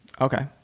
Okay